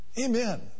Amen